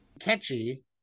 catchy